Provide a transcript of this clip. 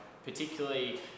particularly